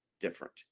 different